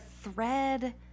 thread